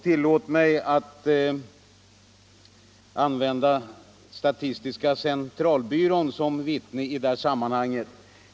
Tillåt mig, herr talman, att använda statistiska centralbyrån som vittne i det här sammanhanget.